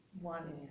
One